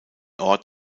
ort